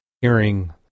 hearing